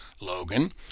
Logan